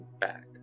back